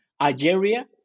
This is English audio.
Algeria